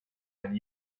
when